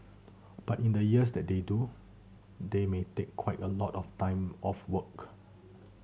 but in the years that they do they may take quite a lot of time off work